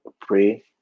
pray